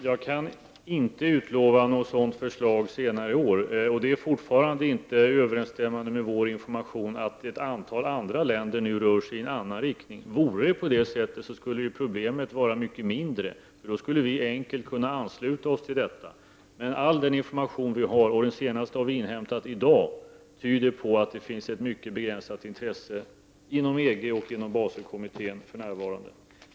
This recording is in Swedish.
Herr talman! Jag kan inte utlova något sådant förslag senare i år. Det är fortfarande inte överensstämmande med vår information att ett antal andra länder nu rör sig i en annan riktning. Vore det på det sättet skulle problemet vara mycket mindre. Då skulle vi enkelt kunna ansluta oss till detta. Men all den information vi har, och den senaste har vi inhämtat i dag, tyder på att det finns ett mycket begränsat intresse för detta inom EG och inom Baselkommittén för närvarande.